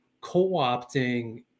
co-opting